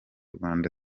rwanda